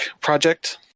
Project